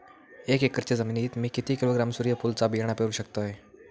एक एकरच्या जमिनीत मी किती किलोग्रॅम सूर्यफुलचा बियाणा पेरु शकतय?